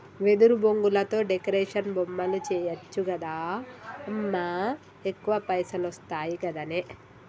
వెదురు బొంగులతో డెకరేషన్ బొమ్మలు చేయచ్చు గదా అమ్మా ఎక్కువ పైసలొస్తయి గదనే